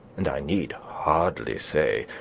and, i need hardly say,